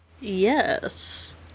Yes